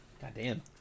Goddamn